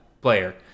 player